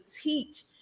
teach